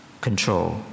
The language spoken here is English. control